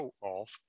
off